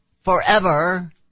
forever